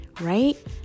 right